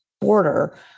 border